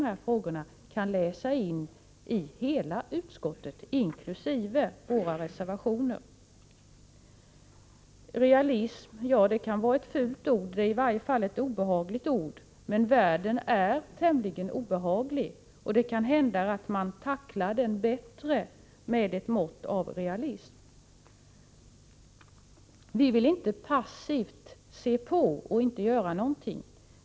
våra reservationer — om man har god vilja, vilket jag tycker man skall ha i dessa frågor. Realism kan vara ett fult ord eller i varje fall obehagligt. Men världen är tämligen obehaglig, och det kan hända att man tacklar den bättre med ett mått av realism. Vi vill inte passivt se på och inte göra någonting.